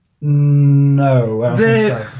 No